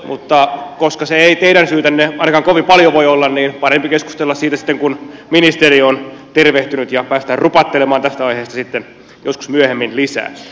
mutta koska se ei teidän syytänne ainakaan kovin paljon voi olla niin on parempi keskustella siitä sitten kun ministeri on tervehtynyt ja päästään rupattelemaan tästä aiheesta sitten joskus myöhemmin lisää